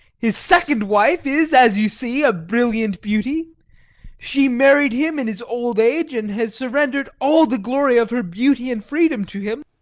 his second wife is, as you see, a brilliant beauty she married him in his old age and has surrendered all the glory of her beauty and freedom to him.